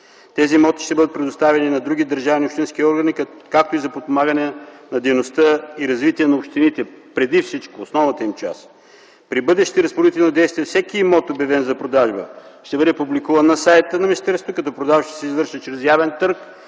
Тези имоти ще бъдат предоставени на други държавни и общински органи, както и за подпомагане на дейността и развитие на общините преди всичко, в основната им част. При бъдещи разпоредителни действия всеки имот, обявен за продажба, ще бъде публикуван на сайта на министерството, като продажбата ще се извърши чрез явен търг